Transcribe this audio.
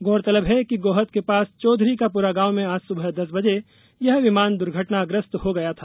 गौरतलब है कि गोहद के पास चौधरी को पुरा गांव में आज सुबह दस बजे यह विमान दुर्घटनाग्रस्त हो गया था